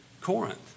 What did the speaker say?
Corinth